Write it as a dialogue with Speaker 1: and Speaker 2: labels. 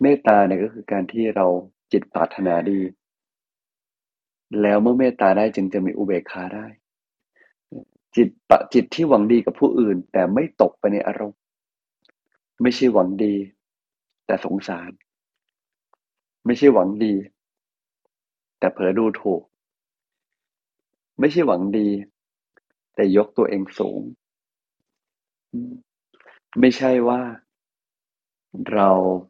Speaker 1: เมตตาเนี่ยก็คือการที่เราจิตปรารถนาดี แล้วเมื่อเมตตาได้จึงจะมีอุเบกขาได้ จิตปะ- จิตที่หวังดีกับผู้อื่นแต่ไม่ตกไปในอารมณ์ ไม่ใช่หวังดีแต่สงสาร ไม่ใช่หวังดีแต่เผลอดูถูก ไม่ใช่หวังดีแต่ยกตัวเองสูง อืม ไม่ใช่ว่าเรา